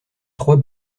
trois